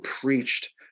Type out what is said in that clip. preached